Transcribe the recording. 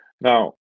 Now